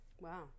Wow